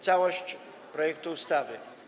Całość projektu ustawy.